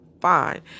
Fine